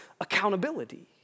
accountability